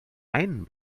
einen